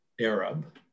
Arab